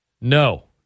No